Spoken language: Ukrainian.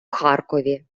харкові